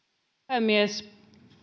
puhemies